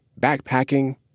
backpacking